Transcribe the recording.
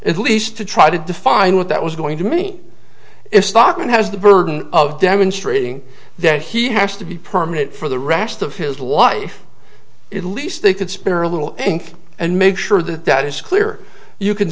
at least to try to define what that was going to me if stockman has the burden of demonstrating that he has to be permanent for the rashed of his life at least they could spare a little and make sure that that is clear you can